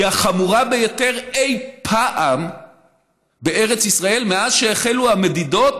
היא החמורה ביותר אי פעם בארץ ישראל מאז החלו המדידות